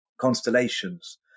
constellations